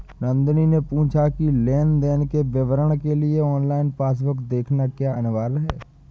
नंदनी ने पूछा की लेन देन के विवरण के लिए ऑनलाइन पासबुक देखना क्या अनिवार्य है?